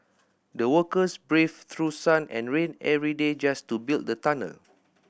the workers braved through sun and rain every day just to build the tunnel